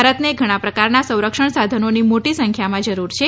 ભારતે ઘણા પ્રકારના સંરક્ષણ સાધનોની મોટી સંખ્યામાં જરૂર છે